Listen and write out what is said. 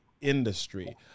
industry